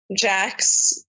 Jacks